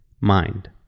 mind